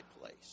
place